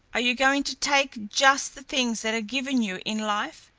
are you going to take just the things that are given you in life,